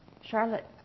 Charlotte